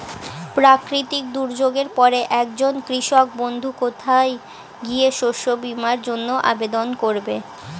প্রাকৃতিক দুর্যোগের পরে একজন কৃষক বন্ধু কোথায় গিয়ে শস্য বীমার জন্য আবেদন করবে?